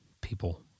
people